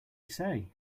say